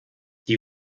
die